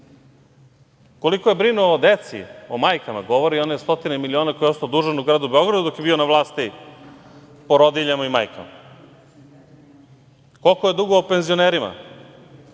Đilasa. Koliko je brinuo o deci, o majkama, govore one stotine miliona koje je ostao dužan u gradu Beogradu dok je bio na vlasti, porodiljama i majkama. Koliko je dugovao penzionerima? Evo,